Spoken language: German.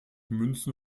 münzen